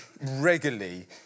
regularly